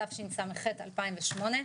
תשס"ח-2008,